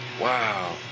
Wow